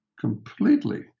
completely